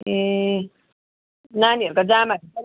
ए नानीहरूको जामा